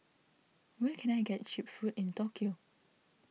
where can I get Cheap Food in Tokyo